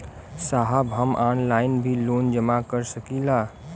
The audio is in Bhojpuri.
साहब हम ऑनलाइन भी लोन जमा कर सकीला?